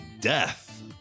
death